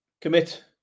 commit